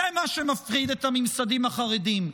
זה מה שמפחיד את הממסדים החרדיים,